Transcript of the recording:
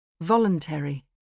Voluntary